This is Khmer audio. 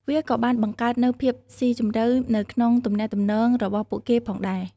វាក៏បានបង្កើតនូវភាពស៊ីជម្រៅនៅក្នុងទំនាក់ទំនងរបស់ពួកគេផងដែរ។